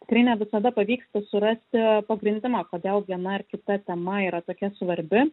tikrai ne visada pavyksta surasti pagrindimą kodėl viena ar kita tema yra tokia svarbi